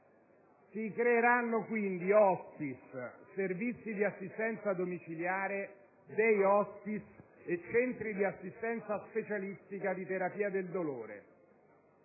Si creeranno quindi *hospice*, servizi di assistenza domiciliare, *day* *hospice* e centri di assistenza specialistica di terapia del dolore.